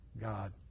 God